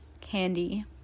candy